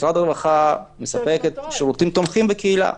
משרד הרווחה מספקת שירותים תומכים בקהילה.